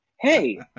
hey